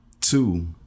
Two